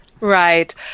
right